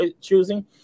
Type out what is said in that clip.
choosing